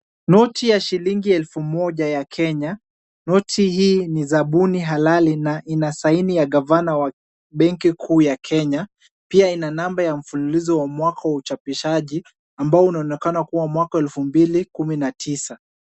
Noti ya shilingi elfu moja ya Kenya. Noti hii ni zabuni halali na ina saini ya gavana wa Benki Kuu ya Kenya. Pia ina namba ya mfululizo ya mwaka wa uchapishaji ambao unaoenekana kuwa mwaka wa elfu mbili kumi na tisa.